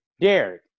Derek